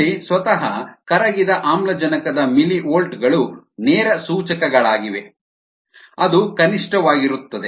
ಇಲ್ಲಿ ಸ್ವತಃ ಕರಗಿದ ಆಮ್ಲಜನಕದ ಮಿಲಿವೋಲ್ಟ್ ಗಳು ನೇರ ಸೂಚಕಗಳಾಗಿವೆ ಅದು ಕನಿಷ್ಠವಾಗಿರುತ್ತದೆ